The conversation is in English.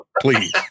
please